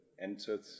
entered